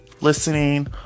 listening